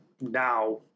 now